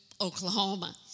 Oklahoma